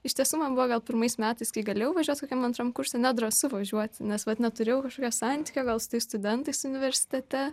iš tiesų man buvo gal pirmais metais kai galėjau važiuot kokiam antram kurse nedrąsu važiuoti nes vat neturėjau kažkokio santykio gal su tais studentais universitete